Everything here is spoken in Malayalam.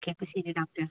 ഓക്കേ അപ്പോൾ ശരി ഡോക്ടർ